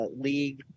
league